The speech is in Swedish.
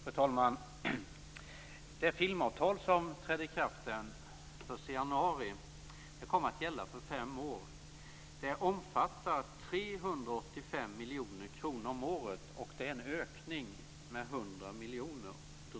Fru talman! Det filmavtal som träder i kraft den 1 januari kommer att gälla i fem år. Det omfattar 385 miljoner kronor om året, och det är en ökning med drygt 100 miljoner.